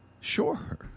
Sure